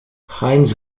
heinz